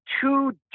two